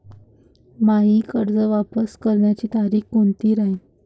मायी कर्ज वापस करण्याची तारखी कोनती राहीन?